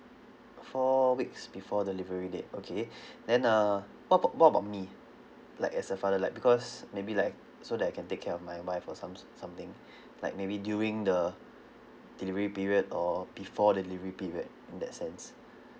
uh four weeks before delivery date okay then uh what about what about me like as a father like because maybe like so that I can take care of my wife or some s~ something like maybe during the delivery period or before the delivery period in that sense